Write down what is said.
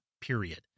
period